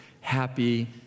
happy